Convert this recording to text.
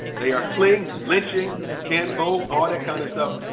they are fleeing lynching, can't vote, all that kind of stuff.